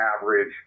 average